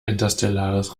interstellares